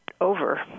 over